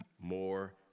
more